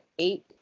eight